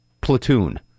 Platoon